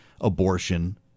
abortion